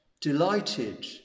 delighted